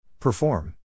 Perform